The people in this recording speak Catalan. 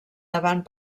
davant